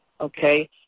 okay